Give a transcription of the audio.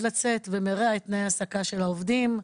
לצאת ומרע את תנאי ההעסקה של העובדים.